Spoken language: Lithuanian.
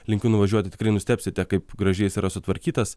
linkiu nuvažiuoti tikrai nustebsite kaip gražiai jis yra sutvarkytas